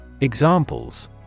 Examples